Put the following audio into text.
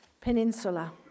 peninsula